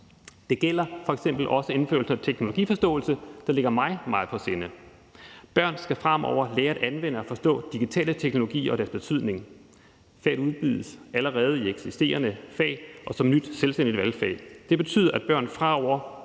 Det gælder f.eks. også indførelse af teknologiforståelse, der ligger mig meget på sinde. Børn skal fremover lære at anvende og forstå digitale teknologier og deres betydning. Det udbydes allerede i eksisterende fag og som nyt, selvstændigt valgfag. Det betyder, at børn fremover